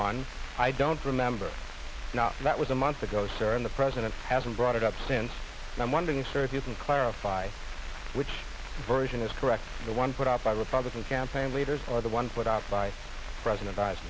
one i don't remember not that was a month ago serin the president hasn't brought it up since and i'm wondering sir if you can clarify which version is correct the one put out by republican campaign leaders are the one put out by president b